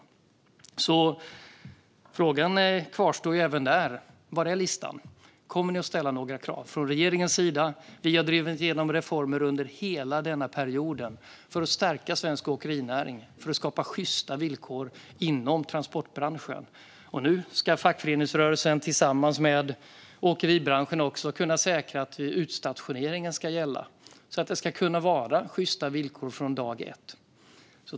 Frågorna kvarstår: Var är listan? Kommer ni att ställa krav? Regeringen har drivit igenom reformer under hela denna period för att stärka svensk åkerinäring, för att skapa sjysta villkor inom transportbranschen. Nu ska fackföreningsrörelsen tillsammans med åkeribranschen säkra att utstationering ska gälla, så att det blir sjysta villkor från dag ett.